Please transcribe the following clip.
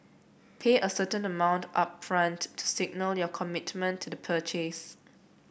pay a certain amount upfront to signal your commitment to the purchase